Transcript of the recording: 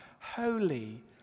holy